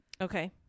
Okay